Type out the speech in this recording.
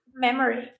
memory